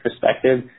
perspective